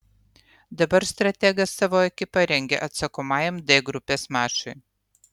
dabar strategas savo ekipą rengia atsakomajam d grupės mačui